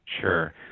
Sure